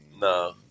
No